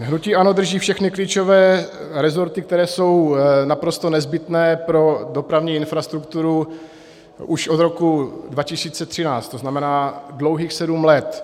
Hnutí ANO drží všechny klíčové resorty, které jsou naprosto nezbytné pro dopravní infrastrukturu už od roku 2013, tzn. dlouhých sedm let.